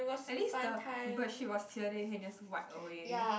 at least the bird shit was here then you can just wipe away